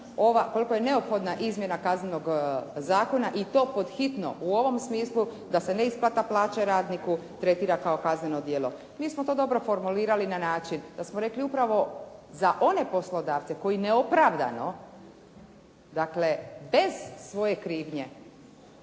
koliko je neophodna izmjena Kaznenog zakona i to pod hitno, u ovom smislu da se neisplata plaće radniku tretira kao kazneno djelo. Mi smo to dobro formulirali na način da smo rekli upravo za one poslodavce koji neopravdano, dakle bez svoje krivnje